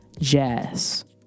Jazz